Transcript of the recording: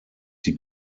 die